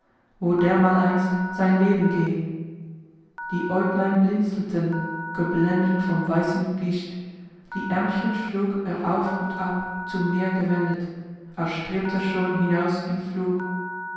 wo dermaleinst sein leben geh die aeuglein blinzelten geblendet vom weißen gischt die aermchen schlug er auf und ab zum meer gewendet als strebt er schon hinaus im flug